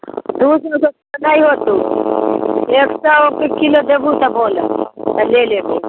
दू सओ रुपये नहि होतो एक सओ रूपे किलो देबहो तऽ बोलऽ तऽ ले लेबे